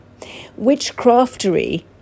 Witchcraftery